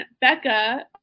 Becca